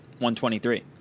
123